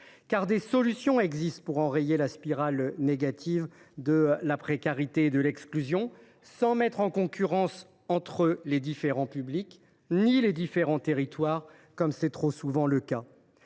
des solutions existent pour enrayer la spirale négative de la précarité et de l’exclusion, sans mettre en concurrence entre eux les différents publics et les différents territoires, comme c’est trop souvent le cas.